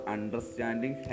Understanding